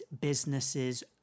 businesses